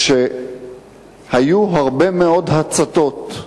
שהיו הרבה מאוד הצתות,